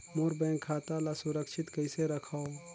मोर bank खाता ला सुरक्षित कइसे रखव?